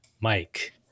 Mike